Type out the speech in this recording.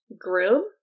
groom